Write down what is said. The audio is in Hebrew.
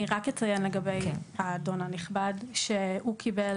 אני רק אציין לגבי האדון הנכבד, שהוא קיבל